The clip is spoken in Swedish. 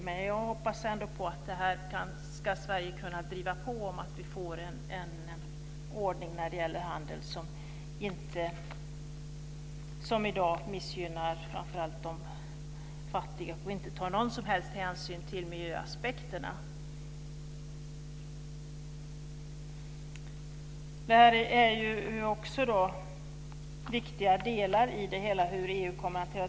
Men jag hoppas att Sverige kan driva på så att vi får en ordning för handel som inte som i dag missgynnar de fattiga och inte tar någon som helst hänsyn till miljöaspekterna. Där är en viktig del hur EU kommer att handla.